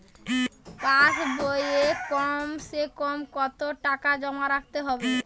পাশ বইয়ে কমসেকম কত টাকা জমা রাখতে হবে?